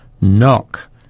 knock